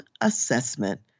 assessment